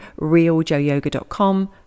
realjoeyoga.com